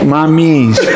Mamis